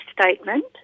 statement